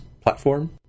Platform